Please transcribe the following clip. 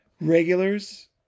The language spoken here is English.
regulars